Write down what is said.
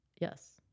Yes